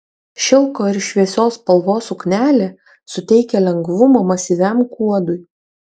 šilko ir šviesios spalvos suknelė suteikia lengvumo masyviam kuodui